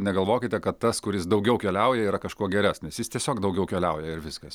negalvokite kad tas kuris daugiau keliauja yra kažkuo geresnis jis tiesiog daugiau keliauja ir viskas